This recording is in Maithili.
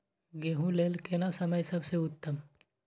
गेहूँ लेल केना समय सबसे उत्तम?